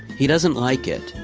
he doesn't like it,